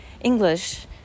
English